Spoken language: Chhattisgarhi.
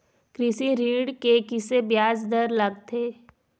कृषि ऋण के किसे ब्याज दर लगथे?